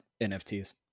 nfts